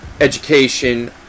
education